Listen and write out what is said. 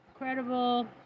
Incredible